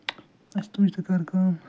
اَسہِ تُج تہٕ کٔر کٲم